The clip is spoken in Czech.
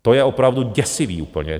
To je opravdu děsivý úplně!